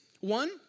one